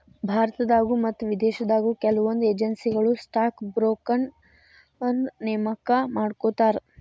ಭಾರತದಾಗ ಮತ್ತ ವಿದೇಶದಾಗು ಕೆಲವೊಂದ್ ಏಜೆನ್ಸಿಗಳು ಸ್ಟಾಕ್ ಬ್ರೋಕರ್ನ ನೇಮಕಾ ಮಾಡ್ಕೋತಾರ